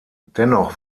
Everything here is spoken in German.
dennoch